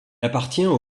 appartient